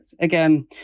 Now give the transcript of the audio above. again